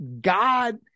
God